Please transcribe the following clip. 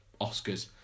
Oscars